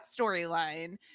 storyline